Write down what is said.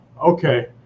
okay